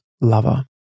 lover